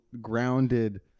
grounded